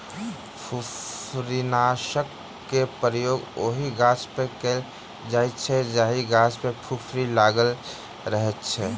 फुफरीनाशकक प्रयोग ओहि गाछपर कयल जाइत अछि जाहि गाछ पर फुफरी लागल रहैत अछि